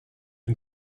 can